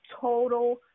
total